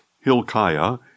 Hilkiah